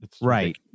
Right